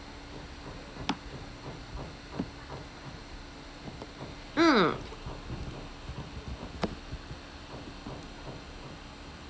mm